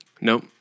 Nope